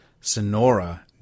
Sonora